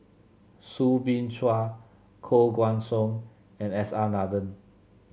Soo Bin Chua Koh Guan Song and S R Nathan